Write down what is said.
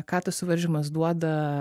ką tas suvaržymas duoda